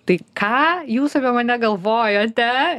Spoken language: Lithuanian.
tai ką jūs apie mane galvojote